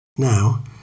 Now